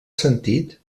sentit